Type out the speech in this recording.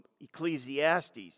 Ecclesiastes